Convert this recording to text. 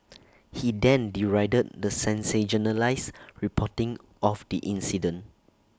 he then derided the sensationalised reporting of the incident